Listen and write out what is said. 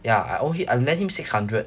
ya I owe him I lent him six hundred